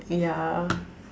yeah